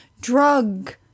drug